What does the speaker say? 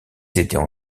étaient